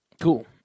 Cool